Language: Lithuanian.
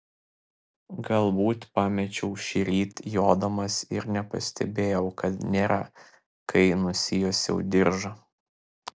galbūt pamečiau šįryt jodamas ir nepastebėjau kad nėra kai nusijuosiau diržą